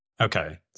Okay